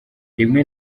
rimwe